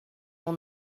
will